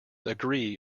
agree